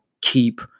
keep